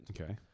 Okay